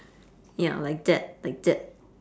ya like that like that